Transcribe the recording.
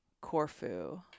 Corfu